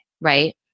Right